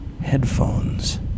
headphones